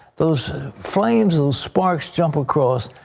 those flames, those sparks, jump across.